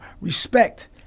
respect